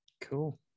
cool